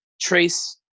trace